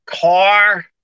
car